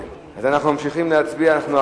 לא מורידים, אז אנחנו ממשיכים להצביע.